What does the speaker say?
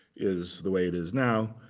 is the way it is now.